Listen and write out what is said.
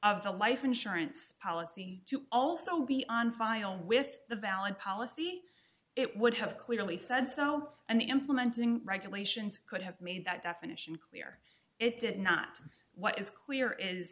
of the life insurance policy to also be on file with the valid policy it would have clearly said so and the implementing regulations could have made that definition clear it did not what is clear is